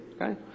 Okay